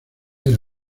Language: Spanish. era